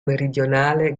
meridionale